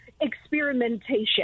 experimentation